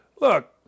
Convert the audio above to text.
Look